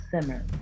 simmer